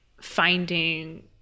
finding